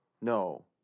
No